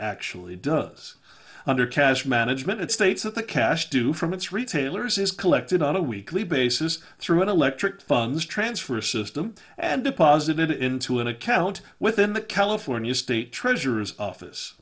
actually does under cash management it states that the cash due from its retailers is collected on a weekly basis through an electric funds transfer system and deposited into an account within the california state treasurer's office